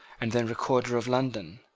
and then recorder of london.